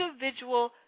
individual